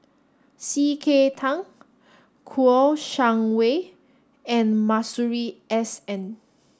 C K Tang Kouo Shang Wei and Masuri S N